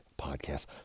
podcast